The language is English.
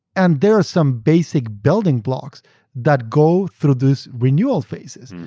and there are some basic building blocks that go through these renewal faces.